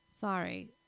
Sorry